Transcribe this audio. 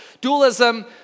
Dualism